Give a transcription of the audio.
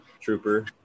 trooper